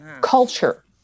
culture